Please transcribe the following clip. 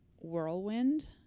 whirlwind